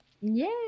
Yay